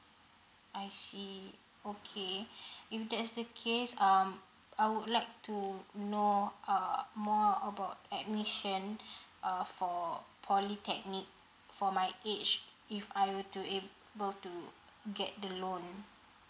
I see okay if that's the case um I would like to know uh more about admission err for polytechnic for my age if I were to able to get the loan